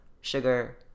sugar